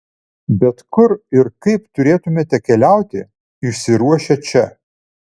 bet kur ir kaip turėtumėte keliauti išsiruošę čia